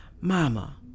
Mama